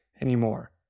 anymore